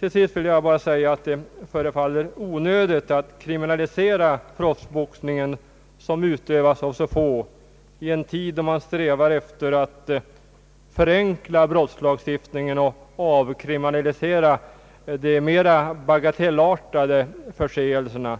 Till sist vill jag bara säga att det förefaller onödigt att kriminalisera proffsboxningen, som utövas av så få, i en tid då man strävar efter att förenkla brottslagstiftningen och avkriminalisera de mera bagatellartade förseelserna.